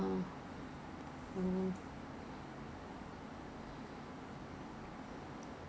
!wah! 很贵 leh 我买那个 product ah I I bought some things both my parents wanted my then